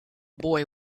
boy